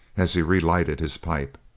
as he re-lighted his pipe.